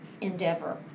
endeavor